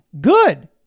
Good